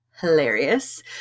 hilarious